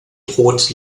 droht